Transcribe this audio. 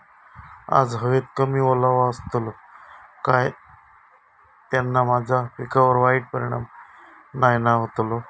आज हवेत कमी ओलावो असतलो काय त्याना माझ्या पिकावर वाईट परिणाम नाय ना व्हतलो?